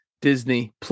Disney+